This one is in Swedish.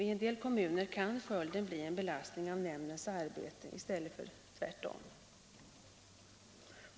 I en del kommuner kan följden bli en belastning av nämn dens arbete i stället för tvärtom.